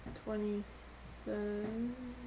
twenty-seven